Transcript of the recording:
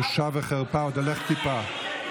בושה וחרפה, עוד הולך עם כיפה.